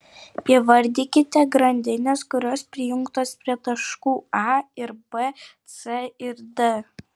įvardykite grandines kurios prijungtos prie taškų a ir b c ir d